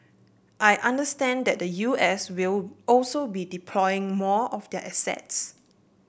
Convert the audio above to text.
I understand that the U S will also be deploying more of their assets